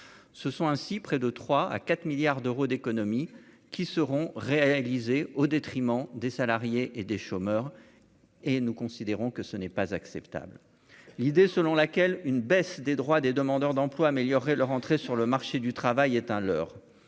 ce sont ainsi près de 3 à 4 milliards d'euros d'économies qui seront réalisées au détriment des salariés et des chômeurs, et nous considérons que ce n'est pas acceptable l'idée selon laquelle une baisse des droits des demandeurs d'emploi, améliorer leur entrée sur le marché du travail est un leurre,